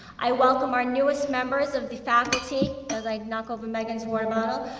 i welcome our newest members of the faculty, as i knock over meghan's water bottle.